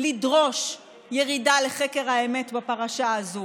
לדרוש ירידה לחקר האמת בפרשה הזאת,